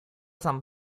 san